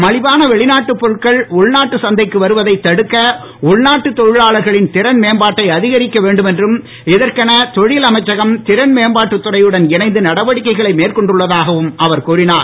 மலிவான வெளிநாட்டு பொருட்கள் உள்நாட்டு சந்தைக்கு வருவதை தடுக்க உள்நாட்டு தொழிலாளர்களின் திறன் மேம்பாட்டை அதிகரிக்க வேண்டும் என்றும் இதற்கென தொழில் அமைச்சகம் திறன் மேம்பாட்டு துறையுடன் இணைந்து நடவடிக்கைகளை மேற்கொண்டுள்ளதாகவும் அவர் கூறினார்